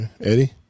Eddie